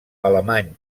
alemany